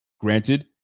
granted